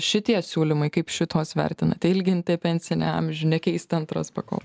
šitie siūlymai kaip šituos vertinate ilginti pensinį amžių nekeisti antros pakopos